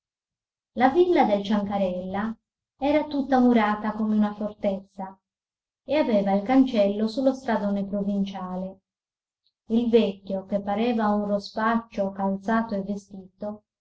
la villa del ciancarella era tutta murata come una fortezza e aveva il cancello su lo stradone provinciale il vecchio che pareva un rospaccio calzato e vestito